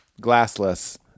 glassless